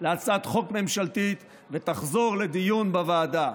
להצעת חוק ממשלתית ותחזור לדיון בוועדה.